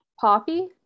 poppy